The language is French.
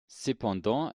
cependant